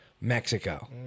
Mexico